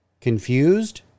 Confused